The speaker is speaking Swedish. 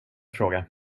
fråga